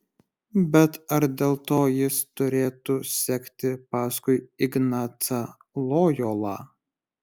bet ar dėl to jis turėtų sekti paskui ignacą lojolą